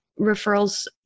referrals